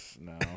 no